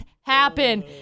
happen